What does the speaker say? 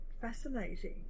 fascinating